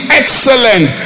excellent